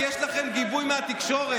כי יש לכם גיבוי מהתקשורת.